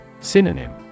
Synonym